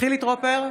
חילי טרופר,